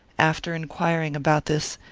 after enquiring about this,